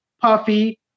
Puffy